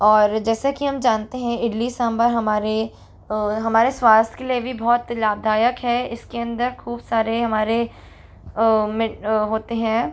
और जैसा कि हम जानते हैं इडली सांभार हमारे हमारे स्वास्थ्य के लिए भी बहुत लाभदायक है इसके अंदर खूब सारे हमारे में होते हैं